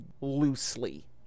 loosely